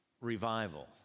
revival